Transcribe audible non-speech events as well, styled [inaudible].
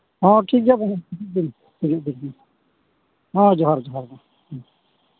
ᱦᱮᱸ ᱴᱷᱤᱠᱜᱮᱭᱟ [unintelligible] ᱦᱤᱡᱩᱜᱵᱤᱱ ᱦᱤᱡᱩᱜᱵᱤ ᱦᱮᱸ ᱡᱚᱦᱟᱨ ᱡᱚᱦᱟᱨ ᱢᱟ